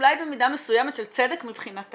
אולי במידה מסוימת של צדק מבחינתן,